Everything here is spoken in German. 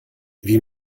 wie